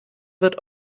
wird